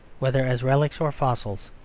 whether as relics or fossils.